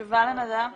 תשובה לנדב?